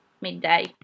Midday